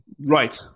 Right